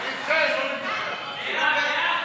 אני אתכם, לא נגדכם.